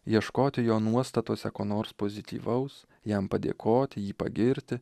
ieškoti jo nuostatose ko nors pozityvaus jam padėkoti jį pagirti